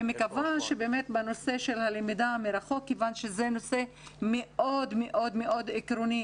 אני מקווה שבאמת בנושא הלמידה מרחוק כיוון שזה נושא מאוד מאוד עקרוני,